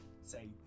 say